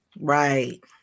Right